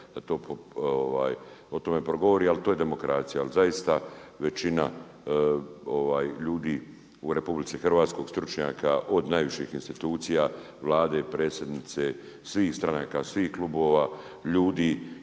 da to, o tome progovori, ali to je demokracija. Ali zaista, većina, ljudi u RH, stručnjaka, od najviših institucija, Vlade, predsjednice, svih stranaka, svih klubova ljudi